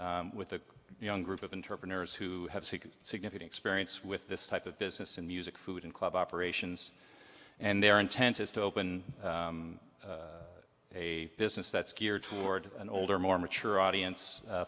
with the young group of interpreters who have significant experience with this type of business in music food and club operations and their intent is to open a business that's geared toward an older more mature audience